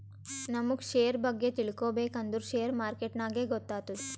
ನಮುಗ್ ಶೇರ್ ಬಗ್ಗೆ ತಿಳ್ಕೋಬೇಕ್ ಅಂದುರ್ ಶೇರ್ ಮಾರ್ಕೆಟ್ನಾಗೆ ಗೊತ್ತಾತ್ತುದ